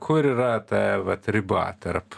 kur yra ta vat riba tarp